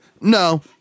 No